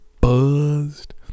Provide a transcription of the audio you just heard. buzzed